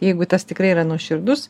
jeigu tas tikrai yra nuoširdus